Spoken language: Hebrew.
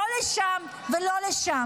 לא לשם ולא לשם.